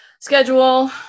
schedule